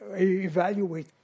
evaluate